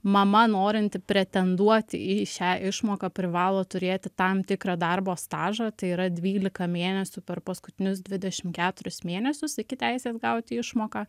mama norinti pretenduoti į šią išmoką privalo turėti tam tikrą darbo stažą tai yra dvylika mėnesių per paskutinius dvidešimt keturis mėnesius iki teisės gauti išmoką